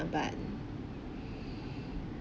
but